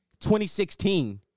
2016